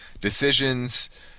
decisions